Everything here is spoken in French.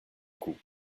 coup